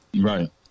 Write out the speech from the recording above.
Right